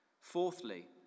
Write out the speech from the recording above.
Fourthly